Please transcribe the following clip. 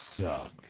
Suck